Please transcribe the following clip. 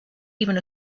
even